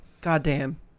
Goddamn